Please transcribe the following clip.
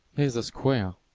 here is a square.